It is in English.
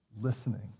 listening